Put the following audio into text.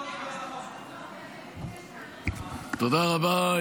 תודה רבה,